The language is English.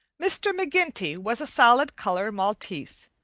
mr. mcginty was a solid-color maltese,